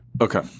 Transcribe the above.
Okay